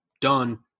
done